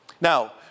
Now